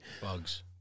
bugs